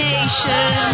Nation